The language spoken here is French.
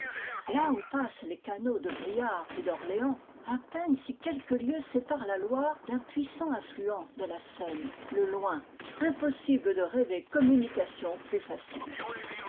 là où passent les canaux de briare et d'orléans à peine si quelques lieues séparent la loire d'un puissant affluent de la seine le loing impossible de rêver communication plus facile